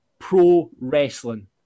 pro-wrestling